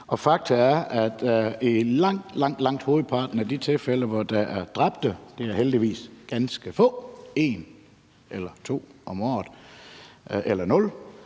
Faktum er, at i langt, langt hovedparten af de tilfælde, hvor der er dræbte – det er heldigvis ganske få; det er en eller to om året, måske nul